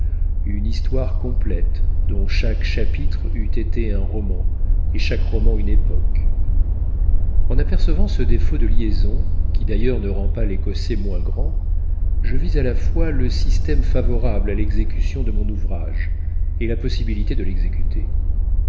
une histoire complète dont chaque chapitre eût été un roman et chaque roman une époque en apercevant ce défaut de liaison qui d'ailleurs ne rend pas l'écossais moins grand je vis à la fois le système favorable à l'exécution de mon ouvrage et la possibilité de l'exécuter